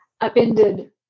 upended